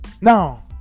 now